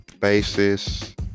basis